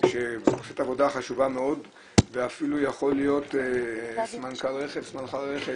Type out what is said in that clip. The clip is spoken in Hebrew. שעושה את העבודה החשובה מאוד ואפילו יכול להיות סמנכ"ל רכש,